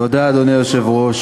תודה, אדוני היושב-ראש,